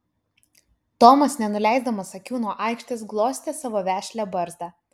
tomas nenuleisdamas akių nuo aikštės glostė savo vešlią barzdą